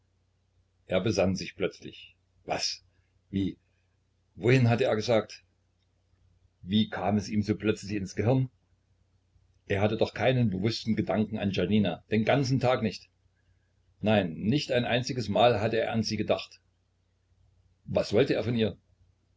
er besann sich plötzlich was wie wohin hat er gesagt wie kam es ihm so plötzlich ins gehirn er hatte doch keinen bewußten gedanken an janina den ganzen tag nicht nein nicht ein einziges mal hatte er an sie gedacht was wollte er von ihr